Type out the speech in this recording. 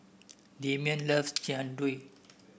Damion loves Jian Dui